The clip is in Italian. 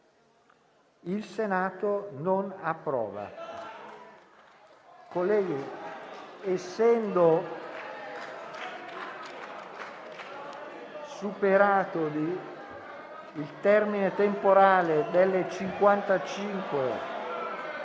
**Il Senato non approva**.